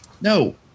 No